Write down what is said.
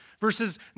Verses